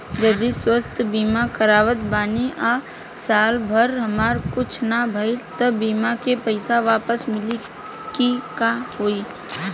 जदि स्वास्थ्य बीमा करावत बानी आ साल भर हमरा कुछ ना भइल त बीमा के पईसा वापस मिली की का होई?